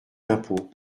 d’impôt